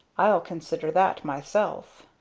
i'll consider that myself.